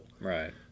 Right